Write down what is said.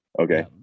Okay